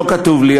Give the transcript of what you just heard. זה לא כתוב לי,